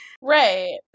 Right